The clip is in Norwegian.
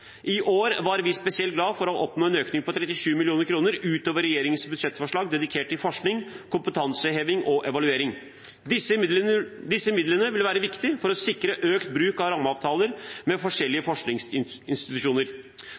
I år var vi spesielt glade for å oppnå en økning på 37 mill. kr utover regjeringens budsjettforslag, dedikert til forskning, kompetanseheving og evaluering. Disse midlene vil være viktige for å sikre økt bruk av rammeavtaler med